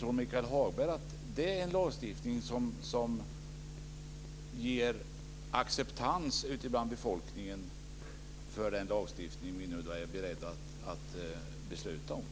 Tror Michael Hagberg att den lagstiftning som vi nu är beredda att besluta om får acceptans hos befolkningen?